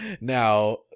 now